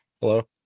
Hello